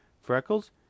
Freckles